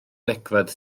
degfed